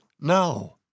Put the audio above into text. now